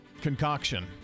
concoction